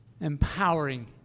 empowering